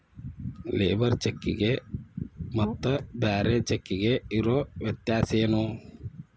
Labour ಚೆಕ್ಕಿಗೆ ಮತ್ತ್ ಬ್ಯಾರೆ ಚೆಕ್ಕಿಗೆ ಇರೊ ವ್ಯತ್ಯಾಸೇನು?